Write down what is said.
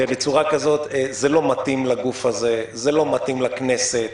זה לא מתאים לגוף הזה, זה לא מתאים לכנסת.